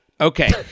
Okay